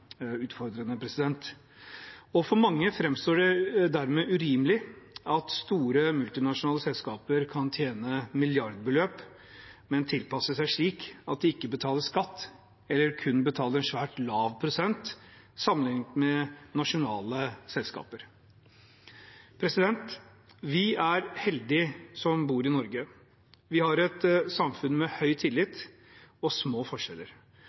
utfordrende. For mange framstår det dermed urimelig at store multinasjonale selskaper kan tjene milliardbeløp, men tilpasser seg slik at de ikke betaler skatt eller kun betaler en svært lav prosent sammenlignet med nasjonale selskaper. Vi er heldige som bor i Norge. Vi har et samfunn med høy tillit og små forskjeller.